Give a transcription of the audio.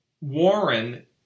Warren